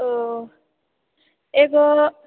ओ एगो